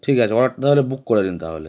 ঠিক আছে অর্ডারটা তাহলে বুক করে দিন তাহলে